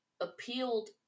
appealed